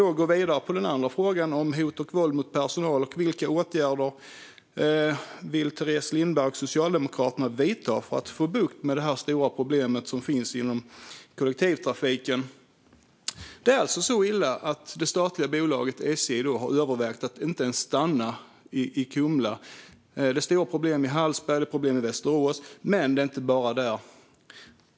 Jag går vidare med frågan om hot och våld mot personal och vilka åtgärder Teres Lindberg och Socialdemokraterna vill vidta för att få bukt med det här stora problemet som finns inom kollektivtrafiken. Det är alltså så illa att det statliga bolaget SJ har övervägt att inte ens stanna i Kumla. Det är stora problem i Hallsberg, och det är problem i Västerås. Men det är inte bara där.